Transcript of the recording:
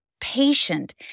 patient